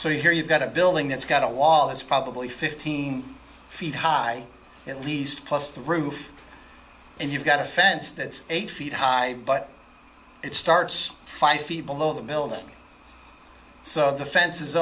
so here you've got a building that's got a wall it's probably fifteen feet high at least plus the roof and you've got a fence that's eight feet high but it starts five feet below the building so the fence